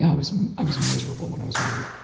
i was i was miserable when i was married.